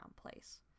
place